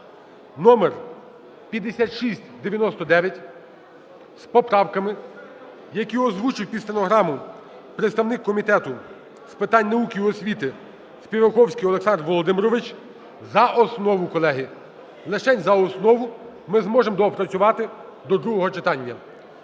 (№ 5699) з поправками, які озвучив під стенограму представник Комітету з питань науки і освіти Співаковський Олександр Володимирович, за основу, колеги. Лишень за основу. Ми зможемо доопрацювати до другого читання.